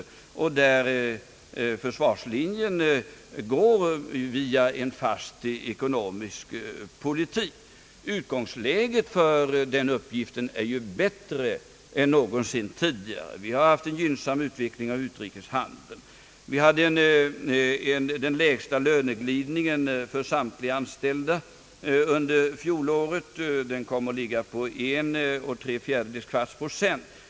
Därvidlag utgörs försvarslinjen av en fast ekonomisk politik. Utgångsläget för den uppgiften är ju bättre än någonsin tidigare. Vi har haft en gynnsam utveckling av utrikeshandeln. Vi hade under fjolåret den lägsta löneglidningen för samtliga anställda. Den kommer att ligga på 13/4 procent.